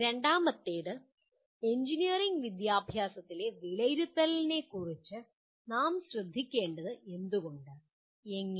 രണ്ടാമത്തേത് എഞ്ചിനീയറിംഗ് വിദ്യാഭ്യാസത്തിലെ വിലയിരുത്തലിനെക്കുറിച്ച് നാം ശ്രദ്ധിക്കേണ്ടത് എന്തുകൊണ്ട് എങ്ങനെ